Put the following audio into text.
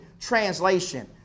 Translation